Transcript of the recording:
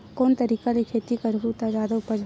कोन तरीका ले खेती करहु त जादा उपज होही?